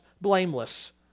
blameless